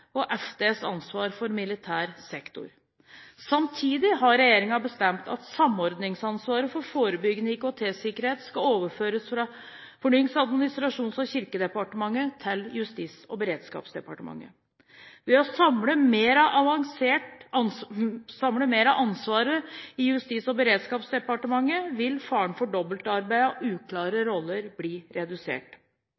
og Forsvarsdepartementets ansvar for militær sektor. Samtidig har regjeringen bestemt at samordningsansvaret for forebyggende IKT-sikkerhet skal overføres fra Fornyings-, administrasjons- og kirkedepartementet til Justis- og beredskapsdepartementet. Ved å samle mer av ansvaret i Justis- og beredskapsdepartementet vil faren for dobbeltarbeid og uklare